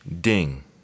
ding